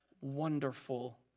Wonderful